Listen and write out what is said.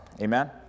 Amen